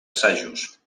assajos